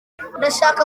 ndashaka